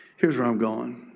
here's where i'm going.